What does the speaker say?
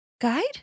Guide